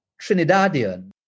Trinidadian